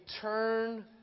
turn